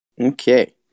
Okay